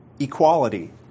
Equality